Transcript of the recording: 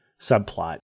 subplot